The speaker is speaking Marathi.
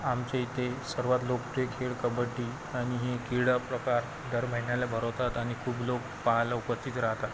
आमच्या इथे सर्वात लोकप्रिय खेळ कबड्डी आणि हे क्रीडाप्रकार दर महिन्याला भरवतात आणि खूप लोक पाहायला उपस्थित राहतात